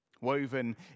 Woven